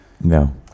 No